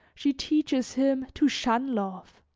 she teaches him to shun love.